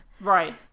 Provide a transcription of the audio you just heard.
Right